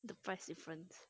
the price difference